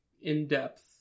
in-depth